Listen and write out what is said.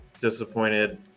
disappointed